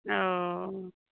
हँ